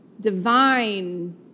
divine